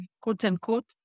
quote-unquote